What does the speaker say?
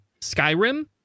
skyrim